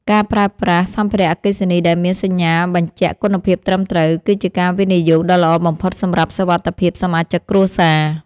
ការប្រើប្រាស់សម្ភារៈអគ្គិសនីដែលមានសញ្ញាបញ្ជាក់គុណភាពត្រឹមត្រូវ គឺជាការវិនិយោគដ៏ល្អបំផុតសម្រាប់សុវត្ថិភាពសមាជិកគ្រួសារ។